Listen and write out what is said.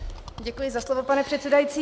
Děkuji za slovo, pane předsedající.